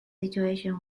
intuition